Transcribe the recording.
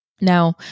Now